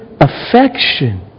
affection